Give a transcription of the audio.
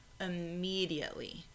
immediately